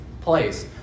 place